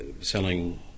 selling